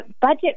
budget